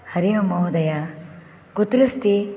हरि ओम् महोदय कुत्र अस्ति